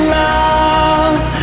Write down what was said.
love